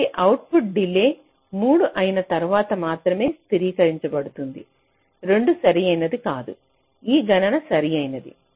కాబట్టి output delay 3 అయిన తరువాత మాత్రమే స్థిరీకరించబడుతుంది 2 సరైనది కాదు ఈ గణన సరైనది